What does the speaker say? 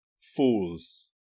fools